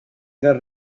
dal